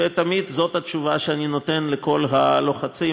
ותמיד זו התשובה שאני נותן לכל הלוחצים